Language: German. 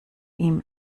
ihm